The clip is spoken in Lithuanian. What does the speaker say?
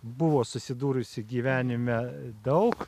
buvo susidūrusi gyvenime daug